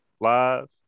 live